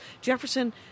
Jefferson